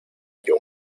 jung